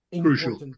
crucial